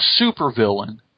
supervillain